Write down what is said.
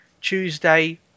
Tuesday